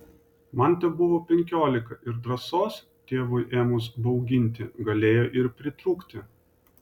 man tebuvo penkiolika ir drąsos tėvui ėmus bauginti galėjo ir pritrūkti